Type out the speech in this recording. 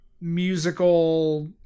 musical